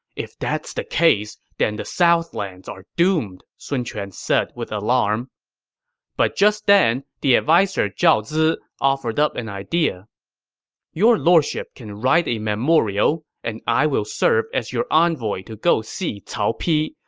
if that's the case, then the southlands are doomed! sun quan said with alarm but just then, the adviser zhao zi offered up an idea your lordship can write a memorial and i will serve as your envoy to go see cao pi,